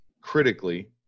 critically